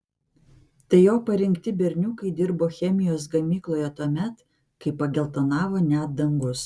tai jo parinkti berniukai dirbo chemijos gamykloje tuomet kai pageltonavo net dangus